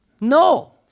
No